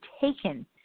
taken